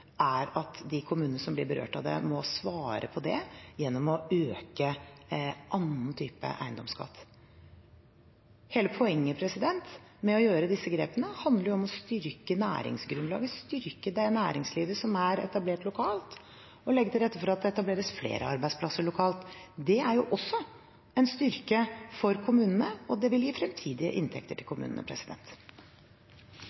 er at de kommunene som blir berørt av det, må svare på det gjennom å øke annen type eiendomsskatt. Hele poenget med å gjøre disse grepene er å styrke næringsgrunnlaget, styrke det næringslivet som er etablert lokalt, og legge til rette for at det etableres flere arbeidsplasser lokalt. Det er også en styrke for kommunene, og det vil gi fremtidige inntekter til